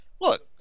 Look